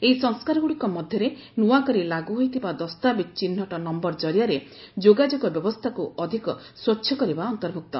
ଏହି ସଂସ୍କାରଗୁଡ଼ିକ ମଧ୍ୟରେ ନୂଆକରି ଲାଗୁ ହୋଇଥିବା ଦସ୍ତାବିଜ ଚିହ୍ନଟ ନୟର ଜରିଆରେ ଯୋଗାଯାଗ ବ୍ୟବସ୍ଥାକୁ ଅଧିକ ସ୍ପଚ୍ଛ କରିବା ଅନ୍ତର୍ଭୁକ୍ତ